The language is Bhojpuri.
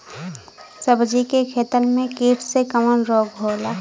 सब्जी के खेतन में कीट से कवन रोग होला?